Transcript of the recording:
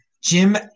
Jim